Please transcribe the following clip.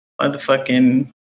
motherfucking